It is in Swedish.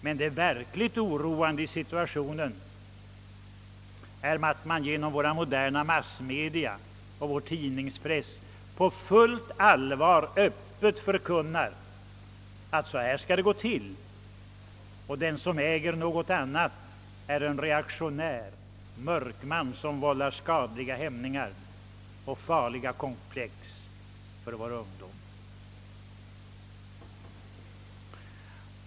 Men det verkligt oroande i situationen är att det genom våra moderna massmedia och vår tidningspress på fullt allvar öppet förkunnas, att det skall gå till på detta sätt och att den som säger något annat är en reaktionär mörkman som vållar skadliga hämningar och farliga komplex för vår ungdom.